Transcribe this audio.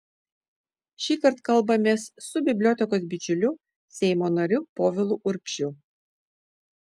šįkart kalbamės su bibliotekos bičiuliu seimo nariu povilu urbšiu